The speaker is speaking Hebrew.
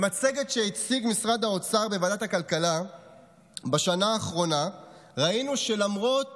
במצגת שהציג משרד האוצר בוועדת הכלכלה בשנה האחרונה ראינו שלמרות